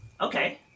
Okay